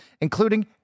including